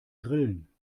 grillen